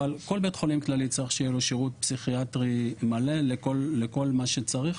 אבל כל בית חולים כללי צריך שיהיה לו שירות פסיכיאטרי מלא לכל מה שצריך,